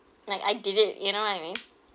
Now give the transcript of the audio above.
like I did it you know what I mean